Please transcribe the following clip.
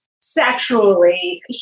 sexually